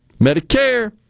Medicare